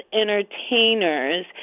entertainers